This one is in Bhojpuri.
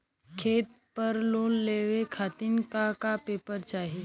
खेत पर लोन लेवल खातिर का का पेपर चाही?